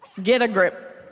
get a grip.